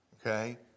okay